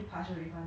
everything we book